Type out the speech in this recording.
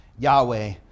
Yahweh